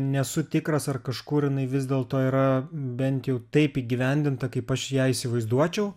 nesu tikras ar kažkur jinai vis dėlto yra bent jau taip įgyvendinta kaip aš ją įsivaizduočiau